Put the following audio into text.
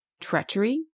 Treachery